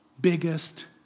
biggest